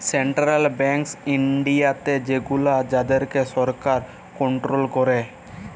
central banks ইনডিয়াতে সেগুলান যাদেরকে সরকার কনটোরোল ক্যারে